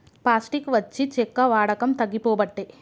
plastic వచ్చి చెక్క వాడకం తగ్గిపోబట్టే